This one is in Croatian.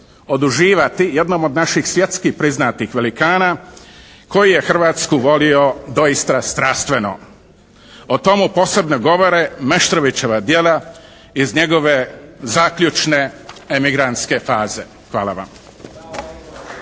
oduživati jednom od naših svjetski priznatih velikana koji je Hrvatsku volio doista strastveno. O tomu posebno govore Meštrovićeva djela iz njegove zaključne emigrantske faze. Hvala vam.